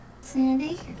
Sandy